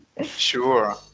Sure